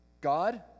God